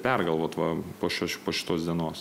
pergalvot va po šios po šitos dienos